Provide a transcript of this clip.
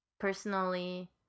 Personally